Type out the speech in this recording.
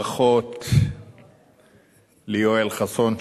אני רוצה לאחל ברכות ליואל חסון,